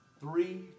Three